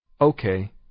Okay